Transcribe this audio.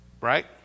Right